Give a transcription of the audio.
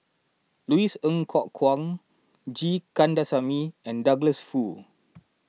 Louis Ng Kok Kwang G Kandasamy and Douglas Foo